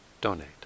donate